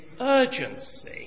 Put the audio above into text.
urgency